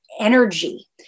energy